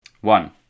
One